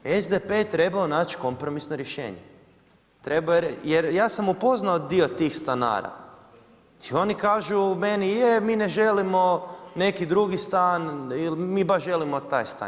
SDP je trebao naći kompromisno rješenje jer ja sam upoznao dio tih stanara i oni kažu meni mi ne želimo neki drugi stan, mi baš želimo taj stan.